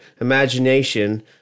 imagination